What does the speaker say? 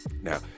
Now